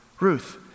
Ruth